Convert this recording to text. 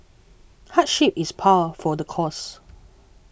hardship is par for the course